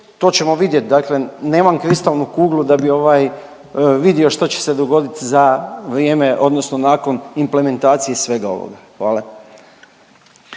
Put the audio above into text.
to ćemo vidjet. Dakle, nemam kristalnu kuglu da bi vidio što će se dogoditi za vrijeme odnosno implementacije svega ovoga. Hvala.